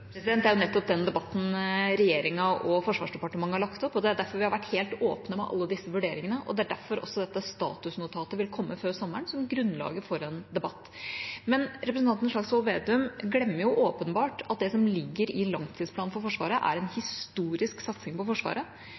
Det er nettopp den debatten regjeringa og Forsvarsdepartementet har lagt opp til. Det er derfor vi har vært helt åpne med alle disse vurderingene, og det er derfor dette statusnotatet vil komme før sommeren, som grunnlaget for en debatt. Men representanten Slagsvold Vedum glemmer åpenbart at det som ligger i langtidsplanen for Forsvaret, er en historisk satsing på Forsvaret,